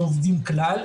לא עובדים כלל,